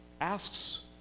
asks